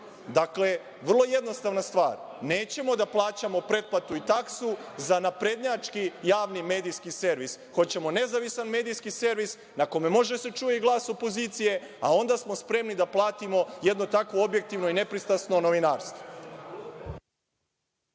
Vučić? Dakle, vrlo je jednostavna stvar – nećemo da plaćamo pretplatu i taksu za naprednjački javni medijski servis. Hoćemo nezavistan medijski servis, na kome može da se čuje i glas opozicije, a onda smo spremni da platimo jedno takvo objektivno i nepristrasno novinarstvo.